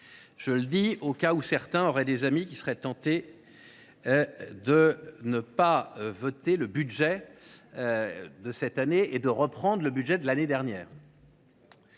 Je le dis au cas où certains auraient des amis qui seraient tentés de ne pas voter le budget de cette année et, par voie de conséquence,